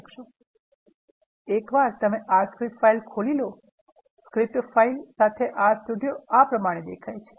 એકવાર તમે R script file ખોલી લો સ્ક્રિપ્ટ ફાઇલ સાથે R સ્ટુડીયો આ પ્રમાણે દેખાય છે